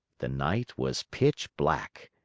the night was pitch black.